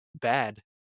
bad